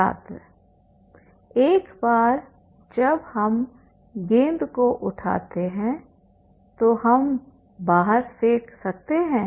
छात्र एक बार जब हम गेंद को उठाते हैं तो हम बाहर फेंक सकते हैं